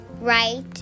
right